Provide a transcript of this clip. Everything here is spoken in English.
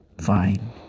fine